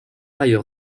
ailleurs